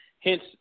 Hence